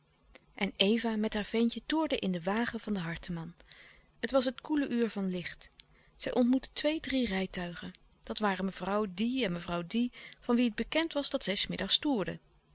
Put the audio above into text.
en eva met haar ventje toerde in de wagen van de harteman het was het koele uur van licht zij ontmoette twee drie rijtuigen dat waren mevrouw die en mevrouw die van wie het bekend was dat zij s middags toerden